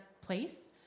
place